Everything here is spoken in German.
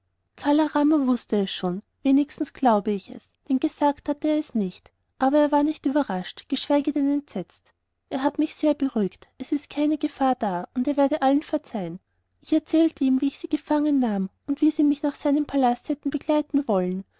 kala rama wußte es schon wenigstens glaube ich es denn gesagt hat er es nicht aber er war nicht überrascht geschweige denn entsetzt er hat mich sehr beruhigt es sei keine gefahr da und er werde allen verzeihen ich erzählte ihm wie ich sie gefangen nahm und wie sie mich nach seinem palast hätten begleiten wollen